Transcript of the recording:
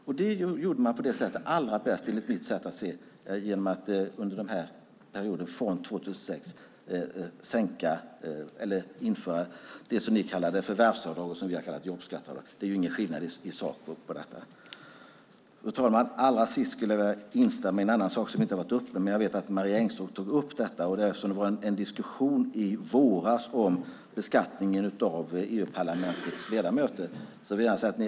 Enligt mitt sätt att se gjorde man det allra bäst under perioden från 2006 genom att sänka skatten och införa det som ni kallar förvärvsavdrag och vi kallar jobbskatteavdrag. Det är ingen skillnad i sak. Fru talman! Allra sist vill jag instämma i något som jag vet inte har varit uppe i debatten. Jag vet att Marie Engström tidigare har tagit upp detta. Det var en diskussion i våras om beskattningen för EU-parlamentets ledamöter.